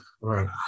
Right